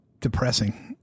depressing